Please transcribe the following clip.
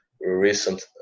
recent